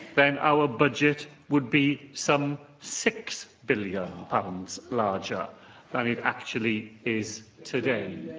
then our budget would be some six billion pounds larger than it actually is today.